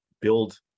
build